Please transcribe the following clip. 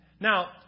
Now